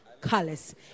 Colors